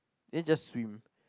then you just swim